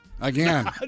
Again